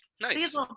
Nice